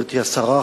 גברתי השרה,